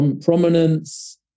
prominence